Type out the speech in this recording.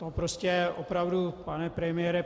To prostě opravdu, pane premiére...